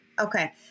Okay